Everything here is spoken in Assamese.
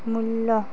মূল্য